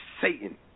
Satan